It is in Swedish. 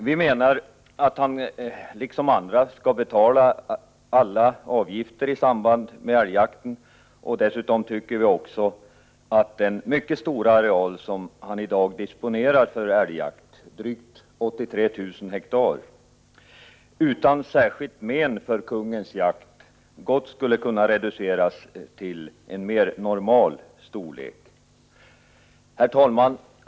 Vi menar att han liksom andra skall betala alla avgifter i samband med älgjakten, och dessutom tycker vi att den mycket stora areal som han i dag disponerar för älgjakt — drygt 83 000 hektar — utan särskilt men för kungens jakt gott skulle kunna reduceras till en mer normal storlek. Herr talman!